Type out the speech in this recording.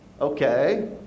Okay